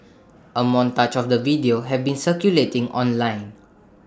A montage of the videos have been circulating online